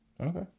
okay